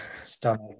stomach